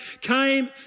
came